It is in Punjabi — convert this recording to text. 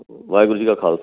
ਵਾਹਿਗੁਰੂ ਜੀ ਕਾ ਖਾਲ